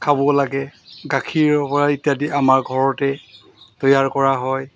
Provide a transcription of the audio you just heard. খাব লাগে গাখীৰপৰা ইত্যাদি আমাৰ ঘৰতে তৈয়াৰ কৰা হয়